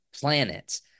planets